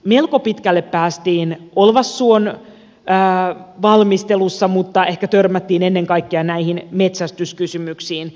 melko pitkälle päästiin olvassuon valmistelussa mutta ehkä törmättiin ennen kaikkea näihin metsästyskysymyksiin